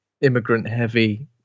immigrant-heavy